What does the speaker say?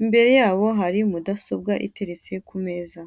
Imbere yabo hari mudasobwa iteretse ku meza.